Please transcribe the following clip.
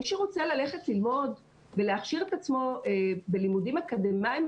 מי שרוצה ללכת ללמוד ולהכשיר את עצמו בלימודים אקדמאיים,